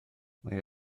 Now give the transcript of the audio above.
mae